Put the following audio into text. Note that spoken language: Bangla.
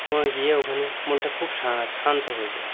মনে হয় গিয়ে ওখানে মনটা খুব শা শান্ত হয়ে যায়